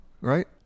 right